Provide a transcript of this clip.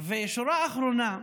ושורה אחרונה: